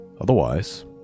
Otherwise